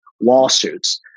lawsuits